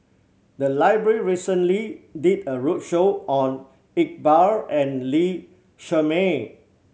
the library recently did a roadshow on Iqbal and Lee Shermay